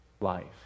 life